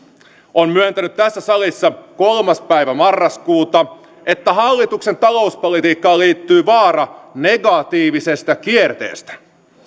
on myöntänyt tässä salissa kolmas päivä marraskuuta että hallituksen talouspolitiikkaan liittyy vaara negatiivisesta kierteestä